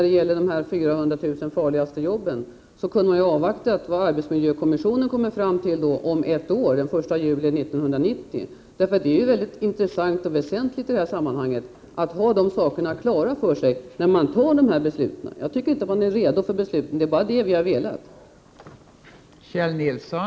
Beträffande de 400 000 farligaste jobben kunde man ju ha avvaktat vad arbetsmiljökommissionen kommer fram till om ett år, den 1 juli 1990. Det är nämligen mycket intressant och väsentligt i detta sammanhang att ha dessa saker klara för sig när dessa beslut fattas. Jag anser inte att man är redo för besluten, det är bara detta vi har velat peka på.